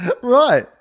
Right